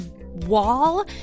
wall